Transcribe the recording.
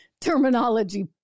terminology